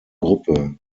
gruppe